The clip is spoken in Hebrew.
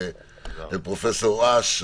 פרופ' אש,